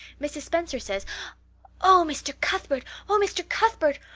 mrs. spencer says oh, mr. cuthbert! oh, mr. cuthbert!